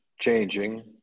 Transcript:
changing